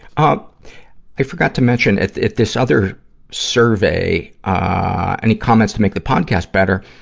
um i forgot to mention, at, at this other survey, ah, any comments to make the podcast better,